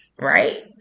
Right